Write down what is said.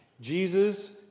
Jesus